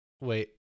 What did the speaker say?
wait